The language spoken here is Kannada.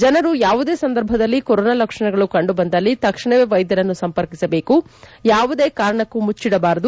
ಜನರು ಯಾವುದೇ ಸಂದರ್ಭದಲ್ಲಿ ಕೊರೋನಾ ಲಕ್ಷಣಗಳು ಕಂಡುಬಂದಲ್ಲಿ ತಕ್ಷಣವೇ ವೈದ್ಯರನ್ನು ಸಂಪರ್ಕಿಸಬೇಕು ಯಾವುದೇ ಕಾರಣಕ್ಕೂ ಮುಚ್ಚಿಡಬಾರದು